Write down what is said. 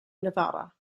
nevada